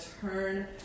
turn